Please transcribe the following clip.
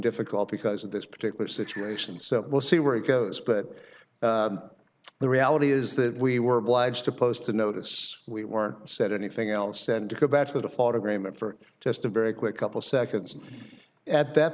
difficult because of this particular situation so we'll see where it goes but the reality is that we were obliged to post a notice we weren't set anything else tend to go back to the flawed agreement for just a very quick couple seconds and at that